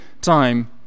time